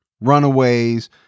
runaways